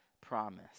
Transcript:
promise